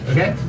Okay